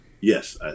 yes